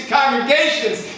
congregations